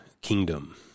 kingdom